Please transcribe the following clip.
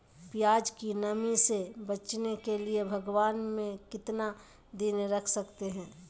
प्यास की नामी से बचने के लिए भगवान में कितना दिन रख सकते हैं?